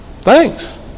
Thanks